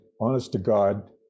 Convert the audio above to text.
honest-to-God